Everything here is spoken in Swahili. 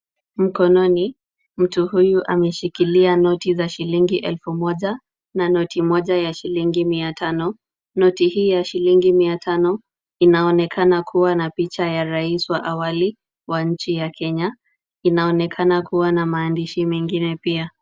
Mkononi, mtu huyu ameshikilia noti za shilingi elfu moja na ya shilingi mia tano. Noti hii ya shilingi mia tano inaonekana kuwa na picha ya rais wa awali. Inaonekana kuwa na maandishi mengine pia.